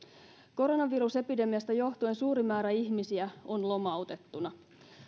koronavirusepidemiasta johtuen suuri määrä ihmisiä on lomautettuna